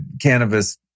cannabis